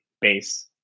base